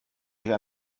durch